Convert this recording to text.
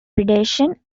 predation